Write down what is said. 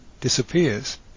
disappears